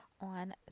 on